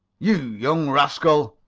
you young rascal!